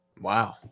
wow